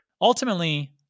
Ultimately